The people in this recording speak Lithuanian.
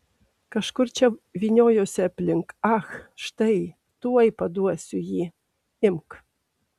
kažkur čia vyniojosi aplink ach štai tuoj paduosiu jį imk